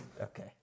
Okay